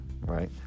right